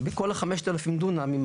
בכל 5,000 הדונמים,